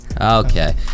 Okay